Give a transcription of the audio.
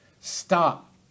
Stop